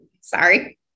Sorry